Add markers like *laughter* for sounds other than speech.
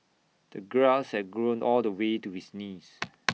the grass had grown all the way to his knees *noise*